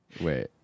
wait